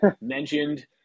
mentioned